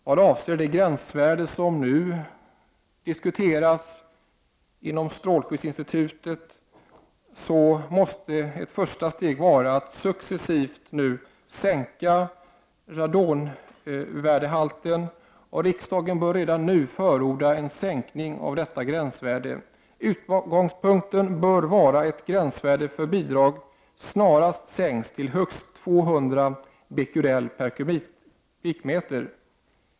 Vad avser det gränsvärde som nu diskuteras inom strålskyddsinstitutet, måste ett första steg vara att sänka radonvärdehalten. Riksdagen bör redan nu förorda en sänkning av detta gränsvärde. Utgångspunkten bör vara att gränsvärdet för bidrag snarast sänks till högst 200 Bq/m?.